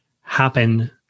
happen